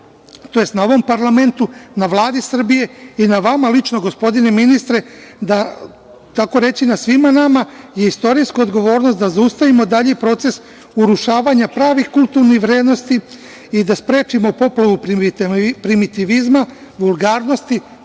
tj. na ovom parlamentu, na Vladi Srbije i na vama lično gospodine ministre, tako reći na svima nama je istorijska odgovornost da zaustavimo dalji proces urušavanja pravih kulturnih vrednosti i da sprečimo poplavu primitivizma, vulgarnosti,